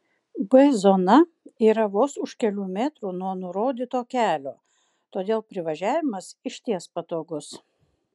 b zona yra vos už kelių metrų nuo nurodyto kelio todėl privažiavimas išties patogus